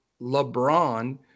LeBron